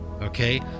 okay